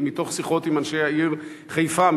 מתוך שיחות עם אנשי העיר חיפה.